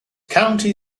county